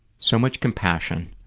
so much compassion.